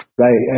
right